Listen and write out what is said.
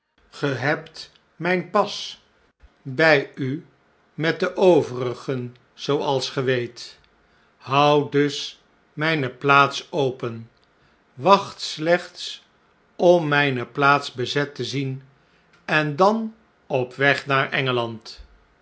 ge hebt mp pas by u met de overigen zooals ge weet houd dus mjjne plaats open wacht slechts om mijne plaats bezet te zien en dan op weg naar